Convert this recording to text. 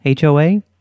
HOA